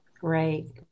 Great